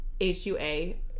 H-U-A